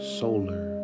solar